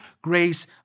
grace